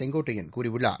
செங்கோட்டையன் கூறியுள்ளார்